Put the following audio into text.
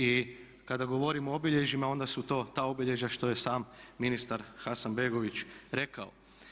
I kada govorimo o obilježjima onda su to ta obilježja što je sam ministar Hasanbegović rekao.